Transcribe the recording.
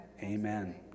amen